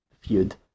feud